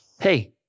Hey